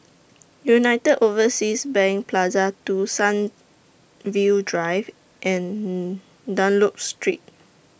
United Overseas Bank Plaza two Sunview Drive and Dunlop Street